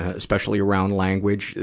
ah especially around language,